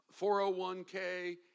401k